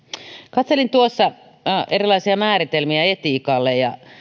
katselin tuossa erilaisia määritelmiä etiikalle ja